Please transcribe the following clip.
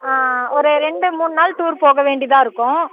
ஒரு ரெண்டு மூண்நாள் டூர் போக வேண்டியதாக இருக்கும்